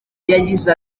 yagize